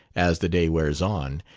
as the day wears on,